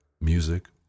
music